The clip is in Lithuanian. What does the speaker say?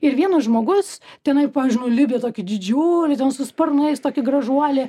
ir vienas žmogus tenai pavyzdžiui nulipdė tokį didžiulį ten su sparnais tokį gražuolį